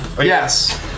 Yes